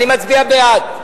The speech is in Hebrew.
אני מצביע בעד.